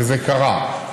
וזה קרה.